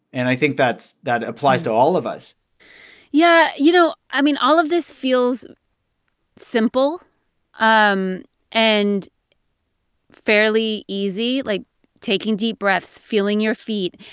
and i think that applies to all of us yeah. you know, i mean, all of this feels simple um and fairly easy, like taking deep breaths, feeling your feet.